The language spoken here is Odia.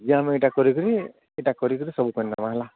ଇଆନୁ ଇଟା କରି କରି ଏଇଟା କରି କରି ସବୁ କରି ନେବା ହେଲା